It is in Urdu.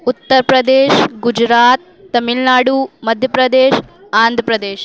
اُتر پردیش گُجرات تامل ناڈو مدھیہ پردیش آندھرا پردیش